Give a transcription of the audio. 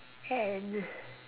and